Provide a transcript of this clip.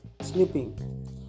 sleeping